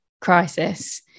crisis